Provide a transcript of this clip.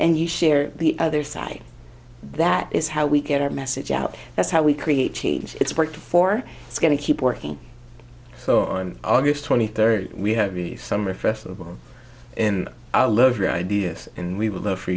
and you share the other side that is how we get our message out that's how we create change it's worked for it's going to keep working so on august twenty third we have the summer festival in our lovely ideas and we will go for